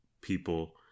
people